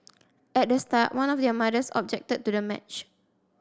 at the start one of their mothers objected to the match